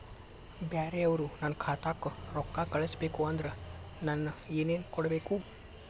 ಬ್ಯಾರೆ ಅವರು ನನ್ನ ಖಾತಾಕ್ಕ ರೊಕ್ಕಾ ಕಳಿಸಬೇಕು ಅಂದ್ರ ನನ್ನ ಏನೇನು ಕೊಡಬೇಕು?